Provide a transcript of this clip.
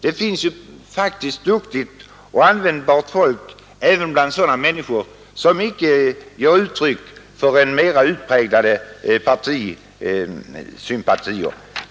Det finns faktiskt duktigt och användbart folk även bland sådana människor, som inte ger uttryck för mera utpräglade partisympatier.